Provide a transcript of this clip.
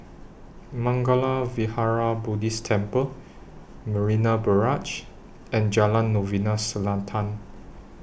Mangala Vihara Buddhist Temple Marina Barrage and Jalan Novena Selatan